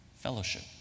fellowship